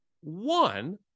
One